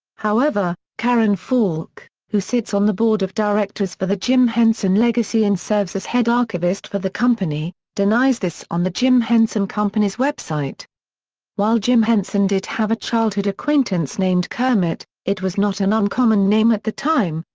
however, karen falk, who sits on the board of directors for the jim henson legacy and serves as head archivist for the company, denies this on the jim henson company's website while jim henson did have a childhood acquaintance named kermit, it was not an uncommon name at the time,